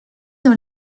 dans